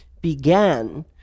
began